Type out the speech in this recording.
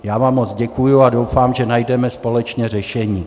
Já vám moc děkuji a doufám, že najdeme společně řešení.